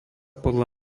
podľa